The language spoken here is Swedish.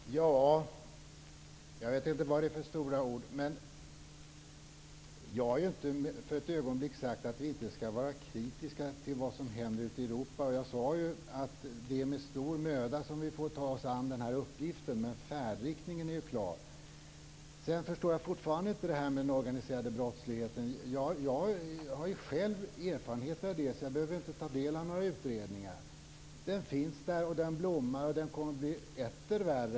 Fru talman! Jag vet inte vad det är för stora ord som Kia Andreasson syftar på. Jag har inte för ett ögonblick sagt att vi inte skall vara kritiska till vad som händer ute i Europa. Jag sade att det är med stor möda som vi får ta oss an den här uppgiften. Färdriktningen är ju klar. Jag vidhåller att jag inte förstår det som sägs om den organiserade brottsligheten. Jag har själv erfarenheter av det, så jag behöver inte ta del av utredningar. Den organiserade brottsligheten finns där. Den blommar, och den kommer att bli etter värre.